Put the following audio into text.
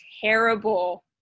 terrible